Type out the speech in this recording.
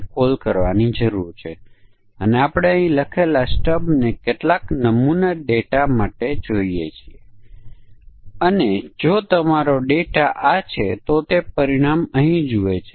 તેથી સૌથી સરળ આપણે ફક્ત સ્પષ્ટ કરીએ છીએ કે ફંક્શન 1 અને 5000 ની વચ્ચેનું મૂલ્ય લે છે અને પરિણામ દર્શાવે છે